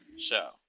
show